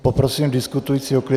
Poprosím diskutující o klid!